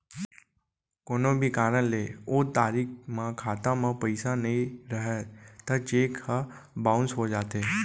कोनो भी कारन ले ओ तारीख म खाता म पइसा नइ रहय त चेक ह बाउंस हो जाथे